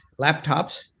laptops